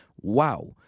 wow